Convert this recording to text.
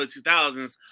2000s